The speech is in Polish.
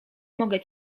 mogę